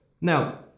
Now